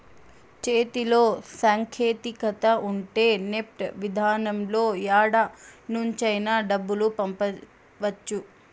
చేతిలో సాంకేతికత ఉంటే నెఫ్ట్ విధానంలో యాడ నుంచైనా డబ్బులు పంపవచ్చు